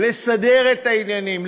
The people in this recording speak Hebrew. לסדר את העניינים,